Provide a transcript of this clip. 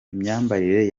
imyambarire